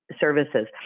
services